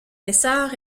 essor